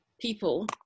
people